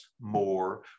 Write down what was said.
more